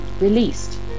released